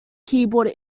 keyboard